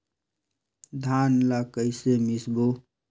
धान ला कइसे मिसबो?